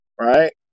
right